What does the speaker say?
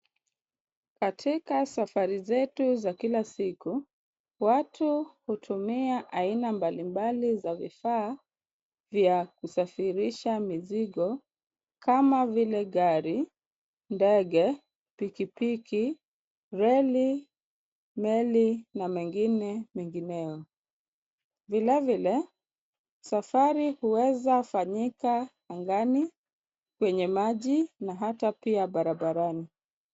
Katika safari zetu za kila siku, watu hutumia aina mbalimbali za vifaa vya kusafirisha mizigo kama vile gari, ndege, pikipiki, reli, meli na mengine mengineyo. Vilevile safari huweza fanyika angani, kwenye maji na hata pia barabarani.